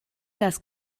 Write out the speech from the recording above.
das